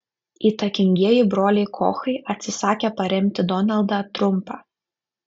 įtakingieji broliai kochai atsisakė paremti donaldą trumpą